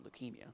leukemia